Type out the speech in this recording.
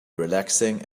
relaxing